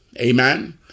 Amen